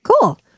Cool